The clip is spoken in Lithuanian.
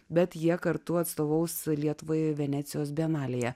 bet jie kartu atstovaus lietuvą venecijos bienalėje